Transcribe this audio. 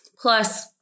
Plus